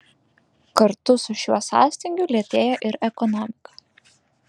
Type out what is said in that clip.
kartu su šiuo sąstingiu lėtėja ir ekonomika